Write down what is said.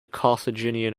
carthaginian